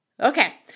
Okay